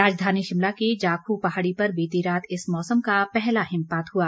राजधानी शिमला की जाखू पहाड़ी पर बीती रात इस मौसम का पहला हिमपात हुआ